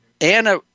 Anna